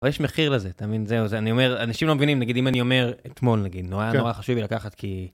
יש מחיר לזה אתה מבין זה אני אומר אנשים לא מבינים נגיד אם אני אומר אתמול נגיד נורא נורא חשוב לקחת כי.